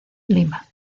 lima